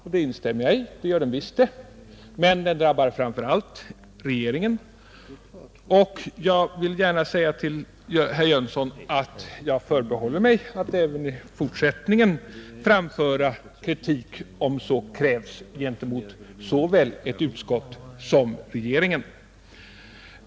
Detta instämmer jag i; det gör den visst det — men den drabbar framför allt regeringen, Jag vill dessutom säga till herr Jönsson att jag förbehåller mig rätten att även i fortsättningen framföra kritik, om så krävs, gentemot såväl ett utskott som regeringen.